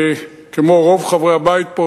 כמו רוב חברי הבית פה,